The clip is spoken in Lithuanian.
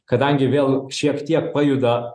kadangi vėl šiek tiek pajuda